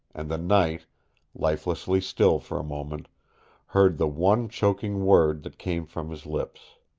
and the night lifelessly still for a moment heard the one choking word that came from his lips.